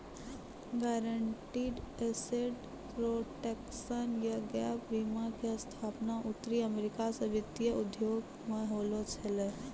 guaranteed asset protection या gap बीमा के स्थापना उत्तरी अमेरिका मे वित्तीय उद्योग मे होलो छलै